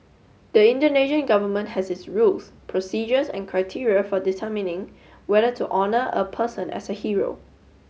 the Indonesian Government has its rules procedures and criteria for determining whether to honor a person as a hero